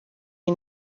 iyi